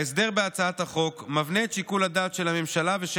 ההסדר בהצעת החוק מבנה את שיקול הדעת של הממשלה ושל